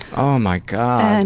oh my god. and